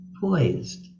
poised